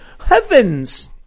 heavens